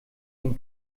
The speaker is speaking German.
den